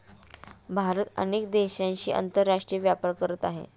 भारत अनेक देशांशी आंतरराष्ट्रीय व्यापार करत आहे